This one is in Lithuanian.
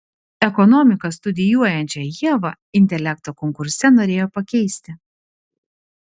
ekonomiką studijuojančią ievą intelekto konkurse norėjo pakeisti